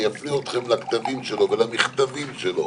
אני אפנה אתכם לכתבים שלו ולמכתבים שלו